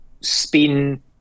spin